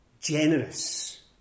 Generous